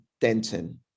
Denton